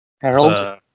Harold